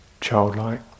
childlike